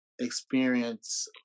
experience